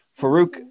Farouk